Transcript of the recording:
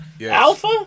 Alpha